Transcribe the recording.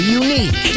unique